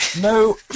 No